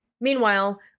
Meanwhile